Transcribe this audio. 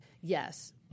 Yes